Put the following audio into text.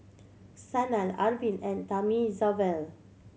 Sanal Arvind and Thamizhavel